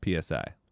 psi